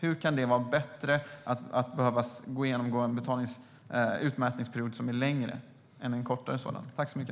Hur kan det vara bättre att behöva gå igenom en längre utmätningsperiod än en kortare?